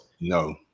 No